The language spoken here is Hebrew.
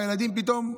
והילדים פתאום: